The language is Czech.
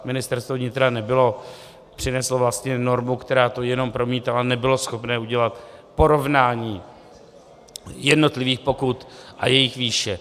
Ministerstvo vnitra přineslo vlastně normu, která to jenom promítala, nebylo schopné udělat porovnání jednotlivých pokut a jejich výše.